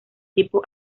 tipos